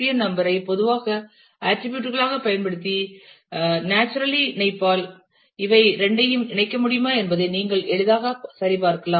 என் number ஐ பொதுவான attribute களாகப் பயன்படுத்தி இயற்கையான இணைப்பால் இவை இரண்டையும் இணைக்க முடியுமா என்பதை நீங்கள் எளிதாக சரிபார்க்கலாம்